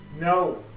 No